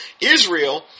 Israel